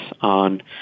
on